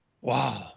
Wow